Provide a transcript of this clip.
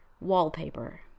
wallpaper